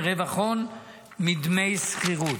מרווח הון ומדמי שכירות.